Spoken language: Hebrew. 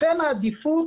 לכן העדיפות